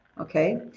Okay